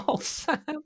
Sam